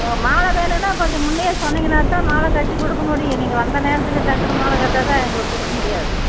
மாலை வேணுன்னா கொஞ்ச முன்னையே சொன்னிங்கன்னாத்தான் மாலைக்கட்டி கொடுக்க முடியும் நீங்கள் வந்த நேரத்துக்கு டக்குன்னு மாலை கேட்டாக்கா எங்களுக்கு கொடுக்க முடியாது